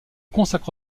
consacre